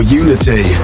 unity